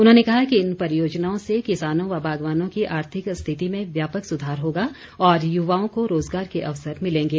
उन्होंने कहा कि इन परियोजनाओं से किसानों व बागवानों की आर्थिक स्थिति में व्यापक सुधार होगा और युवाओं को रोजगार के अवसर मिलेंगे